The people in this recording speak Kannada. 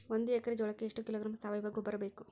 ಒಂದು ಎಕ್ಕರೆ ಜೋಳಕ್ಕೆ ಎಷ್ಟು ಕಿಲೋಗ್ರಾಂ ಸಾವಯುವ ಗೊಬ್ಬರ ಬೇಕು?